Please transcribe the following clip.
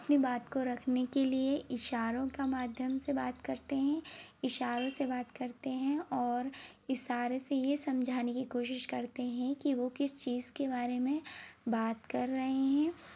अपनी बात को रखने के लिए इशारों का माध्यम से बात करते हैं इशारों से बात करते हैं और इसारे से ये समझाने की कोशिश करते हैं कि वो किस चीज़ के बारे में बात कर रहे हैं